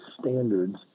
standards